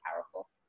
powerful